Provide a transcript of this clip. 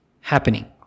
happening